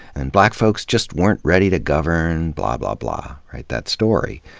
and black folks just weren't ready to govern, blah blah blah. that story.